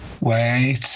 wait